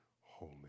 holy